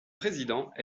président